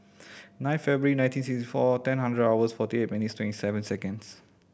nine February nineteen sixty four ten hundred was forty eight minute twenty seven second